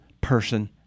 person